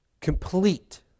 complete